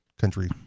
country